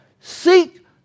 seek